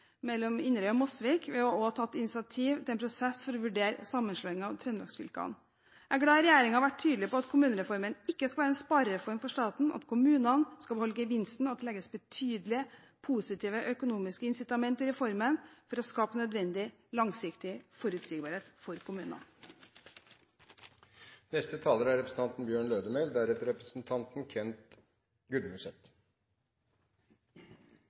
mellom Inderøy og Mosvik. Vi har også tatt initiativ til en prosess for å vurdere sammenslåing av trøndelagsfylkene. Jeg er glad for at regjeringen har vært tydelig på at kommunereformen ikke skal være en sparereform for staten, at kommunene skal beholde gevinsten, og at det legges betydelige positive økonomiske incitament i reformen for å skape nødvendig langsiktig forutsigbarhet for kommunene. Det er